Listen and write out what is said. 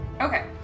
Okay